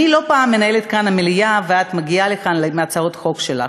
אני לא פעם מנהלת כאן את המליאה ואת מגיעה לכאן עם הצעות חוק שלך.